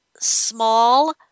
small